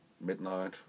midnight